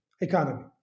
economy